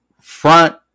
Front